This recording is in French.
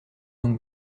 donc